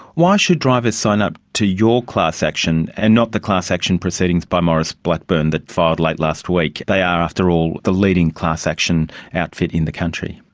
why should drivers sign up to your class action and not the class action proceedings by maurice blackburn that filed late last week? they are, after all, the leading class-action outfit in the country.